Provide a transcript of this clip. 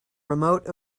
remote